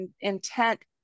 intent